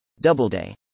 Doubleday